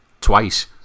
twice